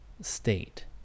state